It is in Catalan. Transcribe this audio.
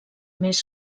més